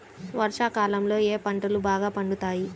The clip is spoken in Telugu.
వర్షాకాలంలో ఏ పంటలు బాగా పండుతాయి?